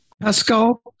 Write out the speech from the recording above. Pascal